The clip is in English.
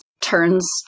turns